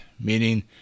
meaning